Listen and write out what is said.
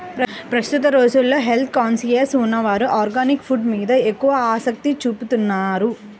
ప్రస్తుత రోజుల్లో health conscious ఉన్నవారు ఆర్గానిక్ ఫుడ్స్ మీద ఎక్కువ ఆసక్తి చూపుతున్నారు